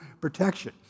protection